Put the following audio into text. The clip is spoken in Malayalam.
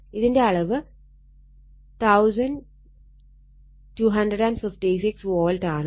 ഇതിന്റെ അളവ് 1256 volt ആണ്